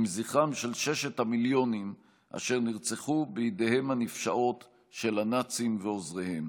עם זכרם של ששת המיליונים אשר נרצחו בידיהם הנפשעות של הנאצים ועוזריהם.